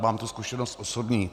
Mám tu zkušenost osobní.